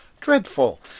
dreadful